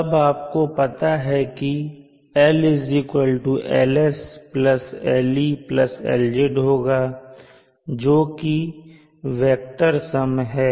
अब आपको पता है की L LSLELZ होगा जोकि वेक्टर सम है